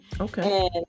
Okay